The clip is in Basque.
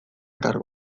kargu